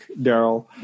Daryl